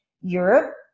Europe